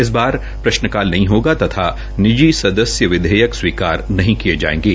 इस बार प्रश्नकाल नहीं होगा तथा निजी सदस्य विधेयक स्वीकार नहीं किये जायेंगे